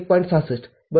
६६ ३